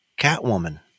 Catwoman